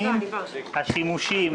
אני מחדש את ישיבת הוועדה,